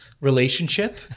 relationship